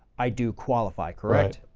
i do qualify, correct?